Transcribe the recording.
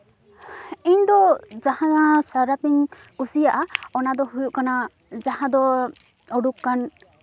ᱤᱧᱫᱚ ᱡᱟᱦᱟᱱᱟᱜ ᱥᱟᱨᱟᱯᱷ ᱤᱧ ᱠᱩᱥᱤᱭᱟᱜᱼᱟ ᱚᱱᱟᱫᱚ ᱦᱩᱭᱩᱜ ᱠᱟᱱᱟ ᱡᱟᱦᱟᱸ ᱫᱚ ᱩᱰᱩᱠ ᱟᱠᱟᱱ